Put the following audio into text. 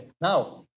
Now